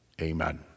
Amen